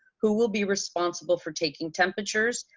who will be responsible for taking temperatures,